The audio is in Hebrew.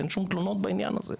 אין שום תלונות בעניין הזה.